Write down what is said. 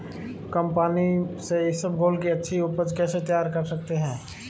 कम पानी से इसबगोल की अच्छी ऊपज कैसे तैयार कर सकते हैं?